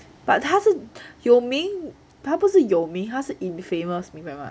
but 他是有名他不是有名她是 infamous 明白吗